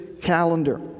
calendar